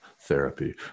Therapy